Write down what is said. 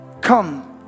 come